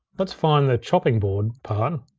let's find the chopping board part,